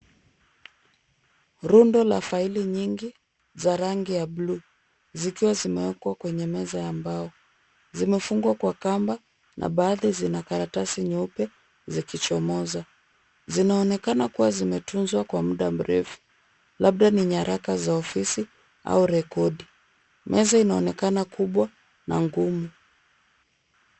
Rundo la faili nyingi za rangi ya buluu. Zikiwa zimewekwa kwenye meza ya mbao. Zimefungwa kwa kamba na baadhi zina karatasi nyeupe zikichomoza. Zinaonekana kuwa zimetunzwa kwa muda mrefu. Labda ni nyaraka za ofisi au rekodi. Meza inaonekana kubwa na ngumu.